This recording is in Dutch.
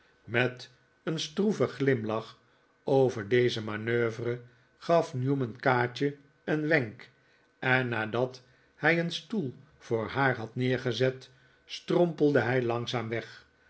met een stroeven glimlach over deze manoeuvre gaf newman kaatje een wenk en nadat hij een stoel voor haar had neergezet strompelde hij langzaam weg